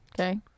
Okay